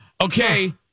Okay